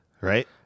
Right